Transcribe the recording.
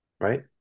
right